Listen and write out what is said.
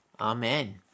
amen